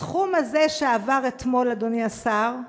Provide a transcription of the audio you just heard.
הסכום הזה שעבר אתמול, אדוני השר,